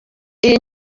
iyi